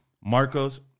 Marcos